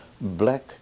black